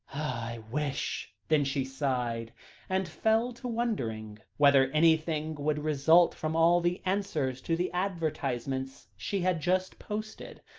i wish then she sighed and fell to wondering whether anything would result from all the answers to the advertisements she had just posted.